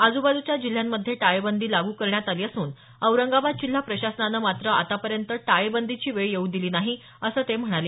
आजुबाजुच्या जिल्ह्यांमध्ये टाळेबंदी लागू करण्यात आली असून औरंगाबाद जिल्हा प्रशासनानं मात्र आतापर्यंत टाळेबंदीची वेळ येऊ दिली नाही असं ते म्हणाले